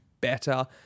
better